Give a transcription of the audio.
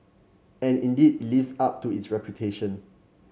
and indeed it lives up to its reputation